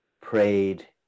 prayed